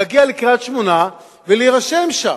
להגיע לקריית-שמונה ולהירשם שם.